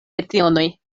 lecionoj